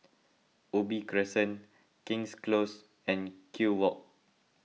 Ubi Crescent King's Close and Kew Walk